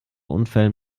unfällen